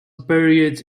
buried